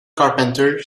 carpenter